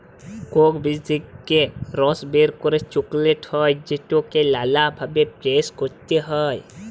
Coke বীজ থেক্যে রস বের করে চকলেট হ্যয় যেটাকে লালা ভাবে প্রসেস ক্যরতে হ্য়য়